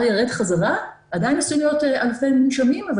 ה-R ירד חזרה ועדין עשויים להיות אלפי מונשמים אבל